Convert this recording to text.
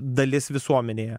dalis visuomenėje